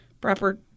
proper